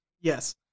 Yes